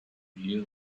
hear